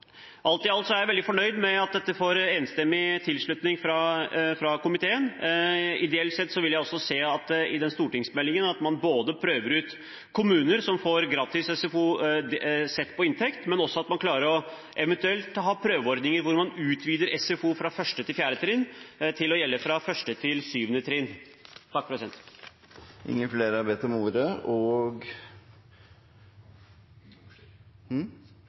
Alt i alt er jeg veldig fornøyd med at dette får enstemmig tilslutning fra komiteen. Ideelt sett ville jeg også sett i stortingsmeldingen at man både prøver ut at kommuner får gratis SFO sett ut fra inntekt, og at man eventuelt har prøveordninger hvor man utvider SFO fra 1. til 4. trinn til å gjelde fra 1. til 7. trinn. Flere har ikke bedt om ordet til sak nr. 7. Etter ønske fra kirke-, utdannings og